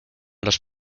los